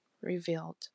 revealed